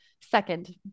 second